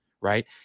right